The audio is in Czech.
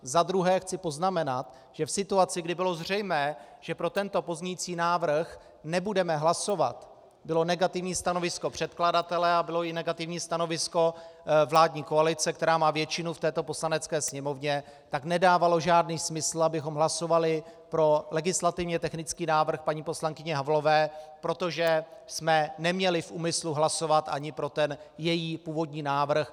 Za druhé chci poznamenat, že v situaci, kdy bylo zřejmé, že pro tento pozměňovací návrh nebudeme hlasovat, bylo negativní stanovisko předkladatele a bylo i negativní stanovisko vládní koalice, která má většinu v této Poslanecké sněmovně, tak nedávalo žádný smysl, abychom hlasovali pro legislativně technický návrh paní poslankyně Havlové, protože jsme neměli v úmyslu hlasovat ani pro ten její původní návrh.